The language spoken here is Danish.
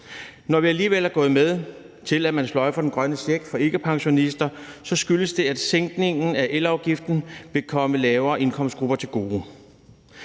Når vi alligevel er gået med til, at man sløjfer den grønne check for ikkepensionister, skyldes det, at sænkningen af elafgiften vil komme lavere indkomstgrupper til gode.